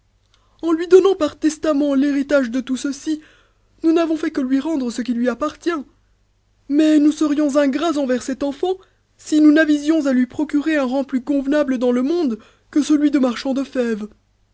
en lui donnant par testament l'héritage de tout ceci nous n'avons fait que lui rendre ce qui lui appartient mais nous serions ingrats envers cet enfant si nous n'avisions à lui procurer un rang plus convenable dans te monde que celui de marchand de fèves